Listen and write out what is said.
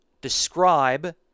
describe